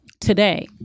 today